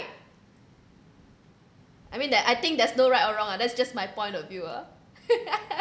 I mean there I think there's no right or wrong ah that's just my point of view ah